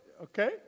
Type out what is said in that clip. Okay